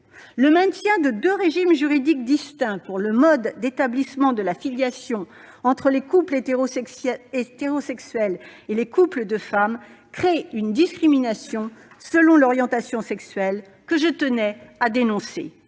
Le maintien de deux régimes juridiques distincts pour le mode d'établissement de la filiation entre les couples hétérosexuels et les couples de femmes crée une discrimination selon l'orientation sexuelle que je tenais à dénoncer.